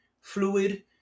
fluid